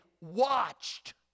watched